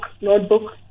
notebook